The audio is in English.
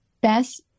best